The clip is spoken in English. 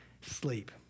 sleep